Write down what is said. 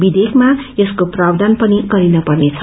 विधेकमा यसको प्रावधान पनि गरिन पर्नेछ